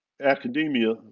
academia